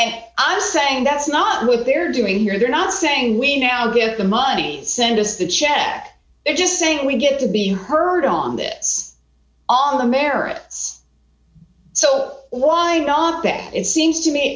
and i'm saying that's not what they're doing here they're not saying we now get the money and send us to chat they're just saying we get to be heard on this on the merits so why not that it seems to me